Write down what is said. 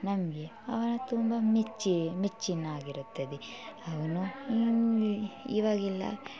ನಮಗೆ ಅವನ ತುಂಬ ಮೆಚ್ಚಿ ಮೆಚ್ಚಿ ಆಗಿರುತ್ತದೆ ಅವನು ಇನ್ನು ಇವಾಗೆಲ್ಲ